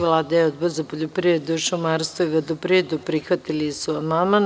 Vlada i Odbor za poljoprivredu, šumarstvo i vodoprivredu prihvatili su amandman.